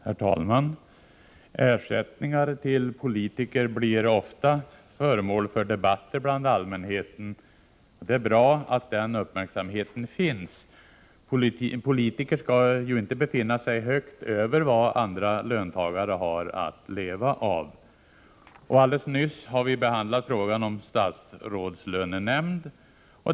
Herr talman! Ersättningar till politiker blir ofta föremål för debatter bland allmänheten. Det är bra att den uppmärksamheten finns. Politiker skall inte befinna sig högt över vad andra löntagare har att leva av. Nyss behandlade vi frågan om en statsrådslönenämnd.